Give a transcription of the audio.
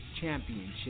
championship